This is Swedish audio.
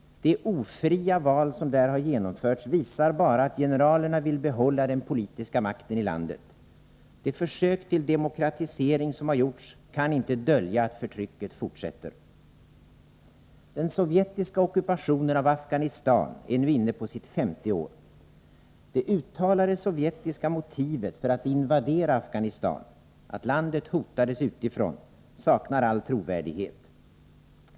De ofria val som där har genomförts visar bara att generalerna vill behålla den politiska makten i landet. De försök till demokratisering som har gjorts kan inte dölja att förtrycket fortsätter. Den sovjetiska ockupationen av Afghanistan är nu inne på sitt femte år. Det uttalade sovjetiska motivet för att invadera Afghanistan, att landet hotades utifrån, saknar all trovärdighet.